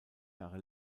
jahre